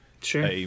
sure